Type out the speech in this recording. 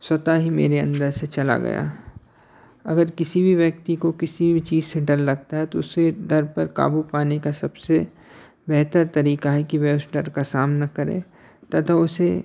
स्वतः ही मेरे अंदर से चला गया अगर किसी भी व्यक्ति को किसी वी चीज से डर लगता है तो उसे डर पर काबू पाने का सबसे बेहतर तरीका है कि वह उस डर का सामना करे तथा उसे